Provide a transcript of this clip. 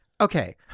okay